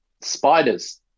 spiders